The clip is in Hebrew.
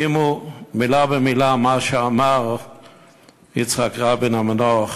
שמעו מילה במילה מה שאמר יצחק רבין המנוח,